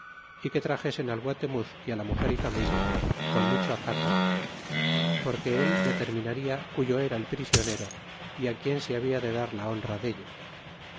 y que traxese al guatemuz y la muger y familia con mucho acato porque él determinaria cuyo era el prisionero y quien se habla de dar la honra dello